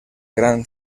gran